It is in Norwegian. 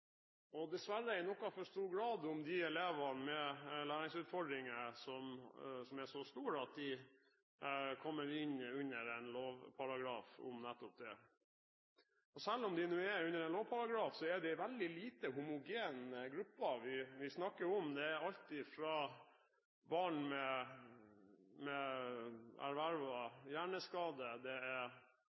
som er så store at de kommer inn under en lovparagraf om nettopp det. Selv om de nå er under en lovparagraf, er det en veldig lite homogen gruppe vi snakker om. Det er alt fra barn med ervervet hjerneskade, barn med hørsels- og synshemming og barn med diverse andre medfødte og tilegnede diagnoser. Så det er